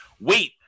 wait